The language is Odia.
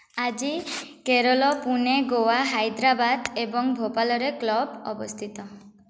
ଆଜି କେରଳ ପୁଣେ ଗୋଆ ହାଇଦ୍ରାବାଦ ଏବଂ ଭୋପାଳରେ କ୍ଲବ୍ ଅବସ୍ଥିତ